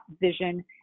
vision